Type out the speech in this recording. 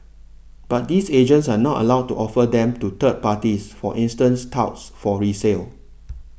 but these agents are not allowed to offer them to third parties for instance touts for resale